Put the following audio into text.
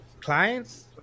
clients